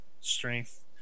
strength